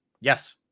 Yes